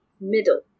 middle